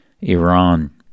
Iran